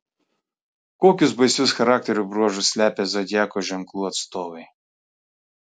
kokius baisius charakterio bruožus slepia zodiako ženklų atstovai